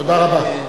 תודה רבה.